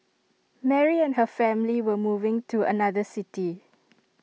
Mary and her family were moving to another city